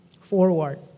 Forward